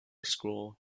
school